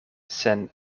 sen